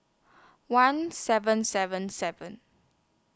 one seven seven seven